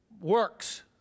works